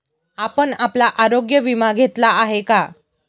आपण आपला आरोग्य विमा घेतला आहे का?